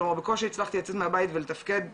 כלומר בקושי הצלחתי לצרת מהבית ולתפקד בכלל.